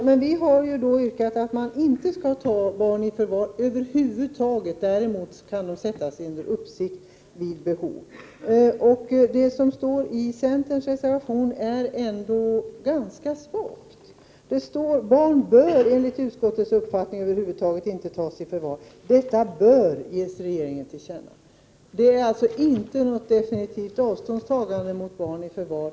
Herr talman! Vi har yrkat att barn inte skall tas i förvar över huvud taget. Däremot kan barn sättas upp under uppsikt vid behov. Centern uttrycker sig ganska vagt i sin reservation. Där står det: ”Barn bör enligt utskottets uppfattning över huvud taget inte tas i förvar. Detta bör ——— ges regeringen till känna.” Det handlar alltså inte om något definitivt avståndstagande när det gäller barn i förvar.